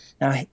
Now